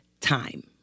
time